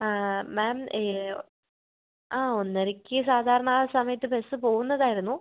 മാം ആ ഒന്നരയ്ക്ക് സാധാരണ ആ സമയത്ത് ബസ് പോവുന്നതായിരുന്നു